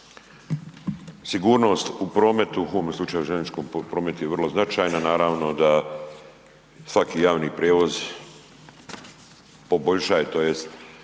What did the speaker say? sigurnost u prometu, u ovome slučaju željezničkom prometu je vrlo značajna, naravno da svaki javni prijevoz poboljšaje, tj.